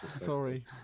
Sorry